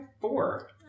four